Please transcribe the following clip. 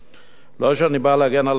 לא שאני בא להגן על המשטרה,